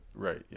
Right